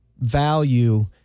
value